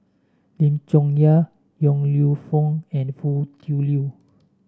Lim Chong Yah Yong Lew Foong and Foo Tui Liew